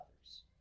others